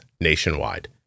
nationwide